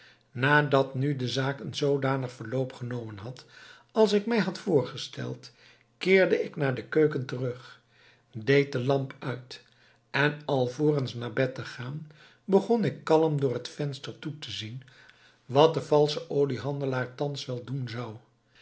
nadat nu de zaak een zoodanig verloop genomen had als ik mij had voorgesteld keerde ik naar de keuken terug deed de lamp uit en alvorens naar bed te gaan begon ik kalm door het venster toe te zien wat de valsche oliehandelaar thans wel doen zou